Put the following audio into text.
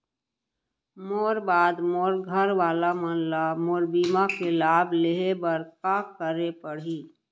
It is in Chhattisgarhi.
मोर बाद मोर घर वाला मन ला मोर बीमा के लाभ लेहे बर का करे पड़ही?